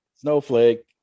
Snowflake